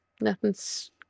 Nothing's